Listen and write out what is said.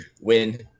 Win